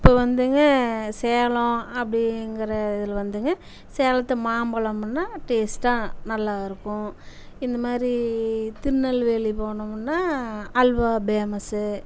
இப்போ வந்துங்க சேலம் அப்படிங்கற இதில் வந்துங்க சேலத்து மாம்பழமுன்னால் டேஸ்ட்டாக நல்லா இருக்கும் இந்தமாதிரி திருநெல்வேலி போனமுன்னால் அல்வா பேமஸ்ஸு